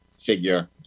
figure